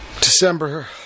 December